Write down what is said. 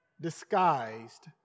disguised